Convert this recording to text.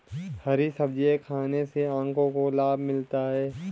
हरी सब्जियाँ खाने से आँखों को लाभ मिलता है